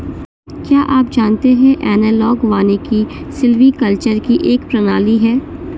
क्या आप जानते है एनालॉग वानिकी सिल्वीकल्चर की एक प्रणाली है